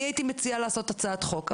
אני הייתי מציעה לעשות הצעת חוק,